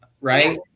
Right